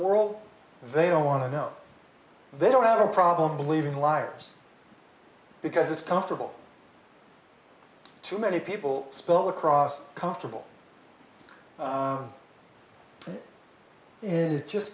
world they don't want to know they don't have a problem believing liars because it's comfortable too many people spoke across comfortable and it just